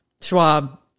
Schwab